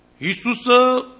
Jesus